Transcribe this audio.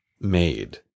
made